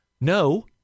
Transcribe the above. No